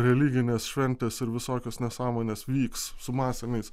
religinės šventės ir visokios nesąmonės vyks su masiniais